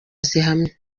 zihamye